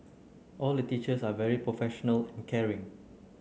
all the teachers are very professional and caring